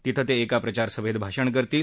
तिथे ते एका प्रचार सभेत भाषण करतील